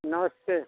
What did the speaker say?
नमस्ते